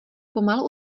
pomalu